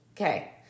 Okay